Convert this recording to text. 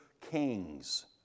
kings